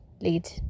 lead